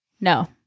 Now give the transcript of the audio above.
No